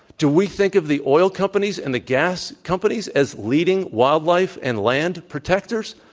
do we think of the oil companies and the gas companies as leading wildlife and land protectors?